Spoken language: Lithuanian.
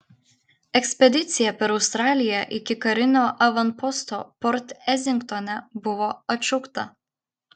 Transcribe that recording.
ekspedicija per australiją iki karinio avanposto port esingtone buvo atšaukta